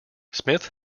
smith